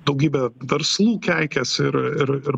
daugybė verslų keikias ir ir ir